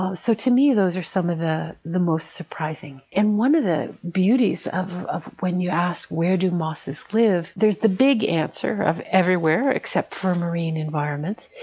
so to me, those are some of the the most surprising. and one of the beauties of of when you ask, where do mosses live? there's the big answer of everywhere except for marine environments,